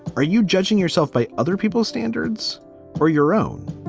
are you judging yourself by other people's standards or your own?